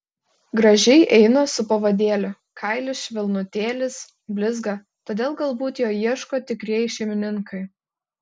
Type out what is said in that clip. gražiai eina su pavadėliu kailis švelnutėlis blizga todėl galbūt jo ieško tikrieji šeimininkai